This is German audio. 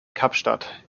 kapstadt